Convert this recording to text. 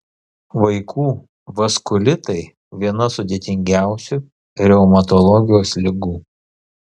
vaikų vaskulitai viena sudėtingiausių reumatologijos ligų